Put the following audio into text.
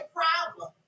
problem